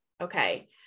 Okay